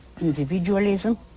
individualism